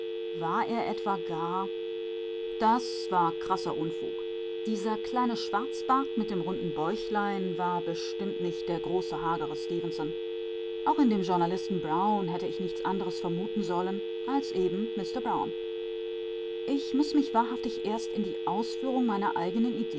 war er etwa gar das war krasser unfug dieser kleine schwarzbart mit dem runden bäuchlein war bestimmt nicht der große hagere stefenson auch in dem journalisten brown hätte ich nichts anderes vermuten sollen als eben den mister brown ich muß mich wahrhaftig erst in die ausführung meiner eigenen